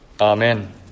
Amen